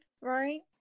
right